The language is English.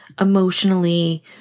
emotionally